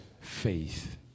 Faith